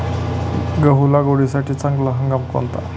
गहू लागवडीसाठी चांगला हंगाम कोणता?